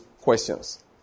questions